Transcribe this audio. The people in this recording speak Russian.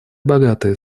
богатые